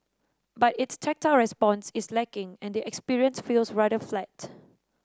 but its tactile response is lacking and the experience feels rather flat